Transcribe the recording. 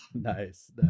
Nice